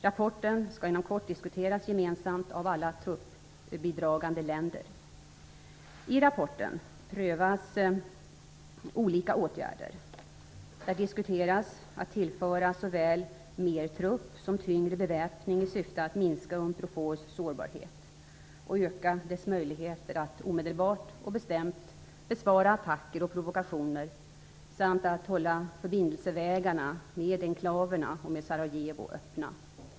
Rapporten skall inom kort diskuteras gemensamt av alla truppbidragande länder. I rapporten prövas olika åtgärder. Där diskuteras att tillföra såväl mer trupp som tyngre beväpning i syfte att minska Unprofors sårbarhet och öka dess möjligheter att omedelbart och bestämt besvara attacker och provokationer samt att hålla förbindelsevägarna med enklaverna och med Sarajevo öppna.